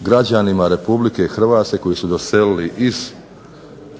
građanima RH koji su doselili iz